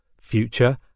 Future